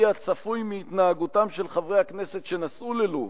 הצפוי מהתנהגותם של חברי הכנסת שנסעו ללוב